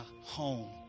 home